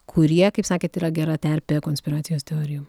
kurie kaip sakėt yra gera terpė konspiracijos teorijom